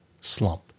slump